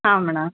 ಹಾಂ ಮೇಡಮ್